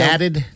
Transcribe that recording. Added